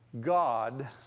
God